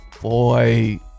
boy